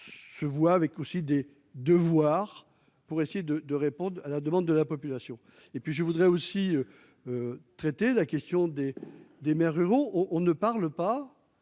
Se voient avec aussi des devoirs pour essayer de, de répondre à la demande de la population et puis je voudrais aussi. Traiter la question des des maires ruraux. On ne parle pas